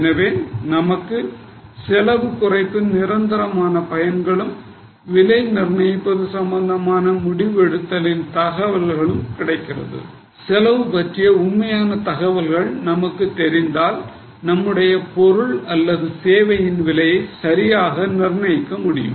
எனவே நமக்கான செலவு குறைப்பின் நிரந்தரமான பயன்களும் விலை நிர்ணயம் செய்வது சம்பந்தமான முடிவு எடுக்கும் தகவல்களும் கிடைக்கும் செலவு பற்றிய உண்மையான தகவல்கள் நமக்குத் தெரிந்தால் நமது பொருள் அல்லது சேவையின் விலையை சரியாக நிர்ணயிக்க முடியும்